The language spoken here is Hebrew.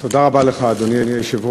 תודה רבה לך, אדוני היושב-ראש.